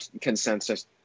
consensus